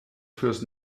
fürs